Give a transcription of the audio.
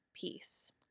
peace